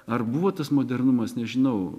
ar buvo tas modernumas nežinau